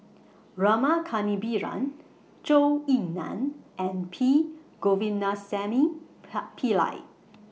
Rama Kannabiran Zhou Ying NAN and P Govindasamy Par Pillai